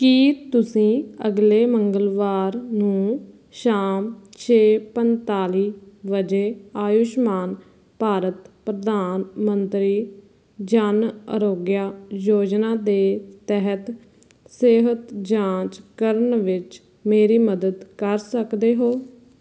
ਕੀ ਤੁਸੀਂ ਅਗਲੇ ਮੰਗਲਵਾਰ ਨੂੰ ਸ਼ਾਮ ਛੇ ਪੰਤਾਲੀ ਵਜੇ ਆਯੁਸ਼ਮਾਨ ਭਾਰਤ ਪ੍ਰਧਾਨ ਮੰਤਰੀ ਜਨ ਆਰੋਗਯ ਯੋਜਨਾ ਦੇ ਤਹਿਤ ਸਿਹਤ ਜਾਂਚ ਕਰਨ ਵਿੱਚ ਮੇਰੀ ਮਦਦ ਕਰ ਸਕਦੇ ਹੋ